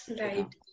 right